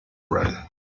run